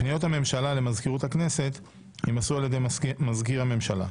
פניות הממשלה למזכירות הכנסת יימסרו על ידי מזכיר הממשלה.